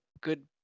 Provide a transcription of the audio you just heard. good